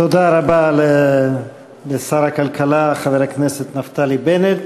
תודה רבה לשר הכלכלה, חבר הכנסת נפתלי בנט.